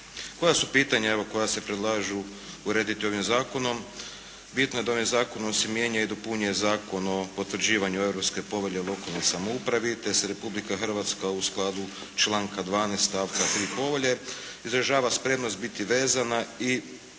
Koja su pitanja evo koja se predlažu, urediti ovim zakonom. Bito je da ovim zakonom se mijenja i dopunjuje Zakon o potvrđivanju Europske povelje o lokalnoj samoupravi te se Republika Hrvatska u skladu članka 12. stavka 3. Povelje, izražava spremnost biti vezana i